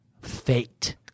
Fate